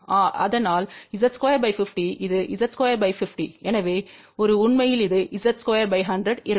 அதனால் Z250 இது Z250 எனவே ஒரு உண்மையில் அது Z2100 இருக்கும்